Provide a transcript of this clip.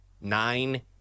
nine